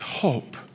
Hope